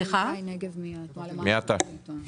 הידי נגב מהתנועה למען השלטון.